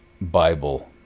Bible